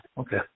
okay